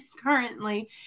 currently